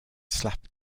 slap